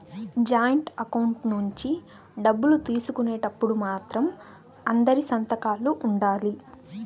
joint account నుంచి డబ్బులు తీసుకునేటప్పుడు మాత్రం అందరి సంతకాలు ఉండాలి